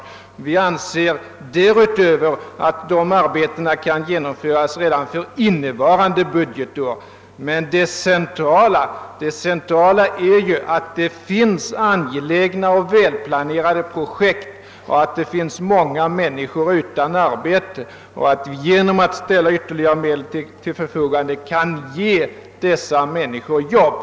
Dessutom anser vi att dessa arbeten kan genomföras redan under innevarande budgetår. Men det centrala är ju att det finns angelägna och välplanerade projekt och många människor utan arbete och att vi genom att anslå ytterligare medel kan ge vederbörande sysselsättning.